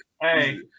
Hey